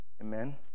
Amen